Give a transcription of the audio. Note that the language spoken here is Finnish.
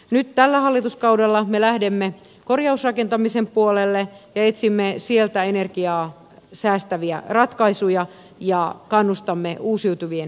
nyt tällä hallituskaudella me lähdemme korjausrakentamisen puolelle ja etsimme sieltä energiaa säästäviä ratkaisuja ja kannustamme uusiutuvien energiamuotojen käyttöönottoon